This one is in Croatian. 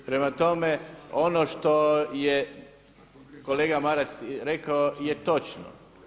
Prema tome ono što je kolega Maras rekao je točno.